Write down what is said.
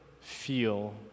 feel